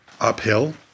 uphill